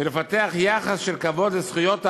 ולפתח יחס של כבוד לזכויות האדם,